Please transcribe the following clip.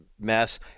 mess